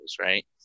right